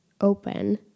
open